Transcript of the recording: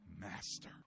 master